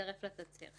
ויצרף לה תצהיר.